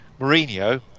Mourinho